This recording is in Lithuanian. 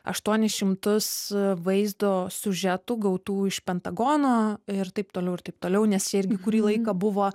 aštuonis šimtus vaizdo siužetų gautų iš pentagono ir taip toliau ir taip toliau nes čia irgi kurį laiką buvo